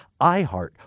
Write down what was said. iHeart